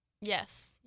Yes